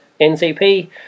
ncp